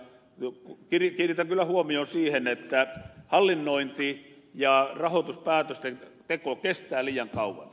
kiinnitän kyllä huomion siihen että hallinnointi ja rahoituspäätösten teko kestää liian kauan